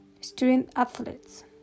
student-athletes